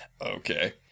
Okay